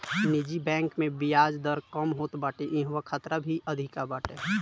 निजी बैंक में बियाज दर कम होत बाटे इहवा खतरा भी अधिका बाटे